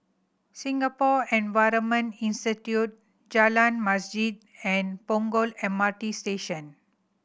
Singapore Environment Institute Jalan Masjid and Punggol M R T Station